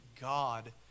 God